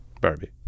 Barbie